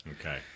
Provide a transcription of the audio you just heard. Okay